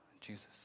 Jesus